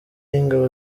y’ingabo